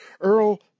Earl